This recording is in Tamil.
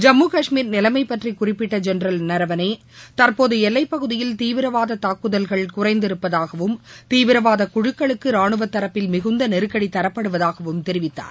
ஜம்மு காஷ்மீர் நிலைமை பற்றி குறிப்பிட்ட ஜெனரல் நரவனே தற்போது எல்லைப் பகுதியில் தீவிரவாத தாக்குதல்கள் குறைந்திருப்பதாகவும் தீவிரவாத குழுக்களுக்கு ரானுவ தரப்பில் மிகுந்த நெருக்கடி தரப்படுவதாகவும் அவர் தெரிவித்தார்